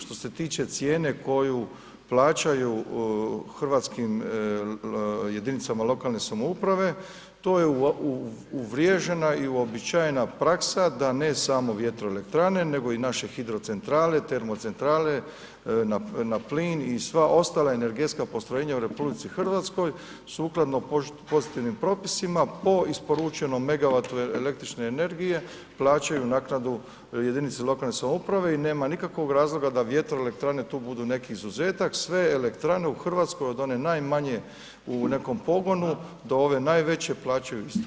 Što se tiče cijene koju plaćaju hrvatskih jedinicama lokalne samouprave, to je uvriježena i uobičajena praksa da ne samo vjetroelektrane nego i našeg hidrocentrale, termocentrale na plin i sva ostala energetska postrojenja u RH, sukladno pozitivnim propisima, po isporučenom megavatu električne energije, plaćaju naknadu jedinici lokalne samouprave i nema nikakvog razloga da vjetroelektrane tu budu neki izuzetak, sve elektrane u Hrvatskoj od one najmanje u nekom pogodu, do ove najveću plaćaju 100 jedinica